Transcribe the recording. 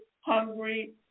hungry